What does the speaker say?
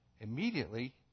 Immediately